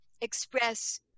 express